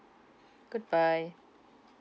goodbye